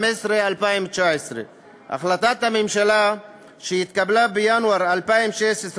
2019. החלטת הממשלה שהתקבלה בינואר 2016,